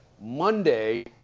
Monday